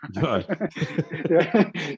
God